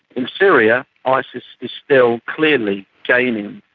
in syria, isis is still clearly gaining.